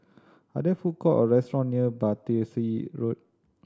are there food courts or restaurants near Battersea Road